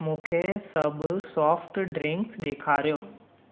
मुखे सभु soft drinks ॾेखारियो